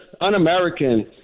un-american